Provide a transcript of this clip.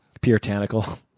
puritanical